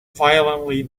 violently